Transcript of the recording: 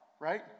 right